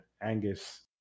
Angus